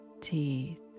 teeth